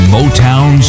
Motown